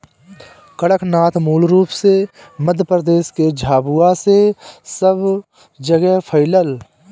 कड़कनाथ मूल रूप से मध्यप्रदेश के झाबुआ से सब जगेह फईलल